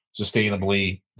sustainably